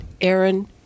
Aaron